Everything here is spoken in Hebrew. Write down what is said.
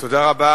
תודה רבה.